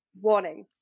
Warning